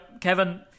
Kevin